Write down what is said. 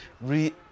re